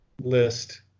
list